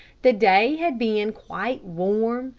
the day had been quite warm,